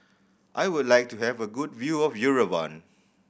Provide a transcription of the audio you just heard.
I would like to have a good view of Yerevan